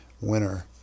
winner